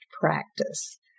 practice